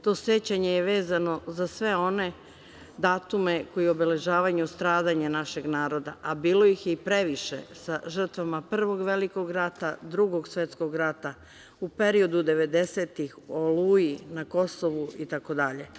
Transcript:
To sećanje je vezano za sve one datume koji obeležavaju stradanje našeg naroda, a bilo ih je i previše sa žrtvama Prvog svetskog rata, Drugog svetskog rata, u periodu devedesetih, „Oluji“, na Kosovu, itd.